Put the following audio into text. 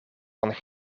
van